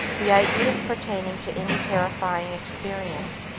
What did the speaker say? the ideas pertaining to any terrifying experience,